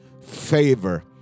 favor